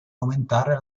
aumentare